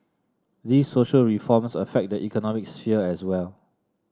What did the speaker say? these social reforms affect the economic sphere as well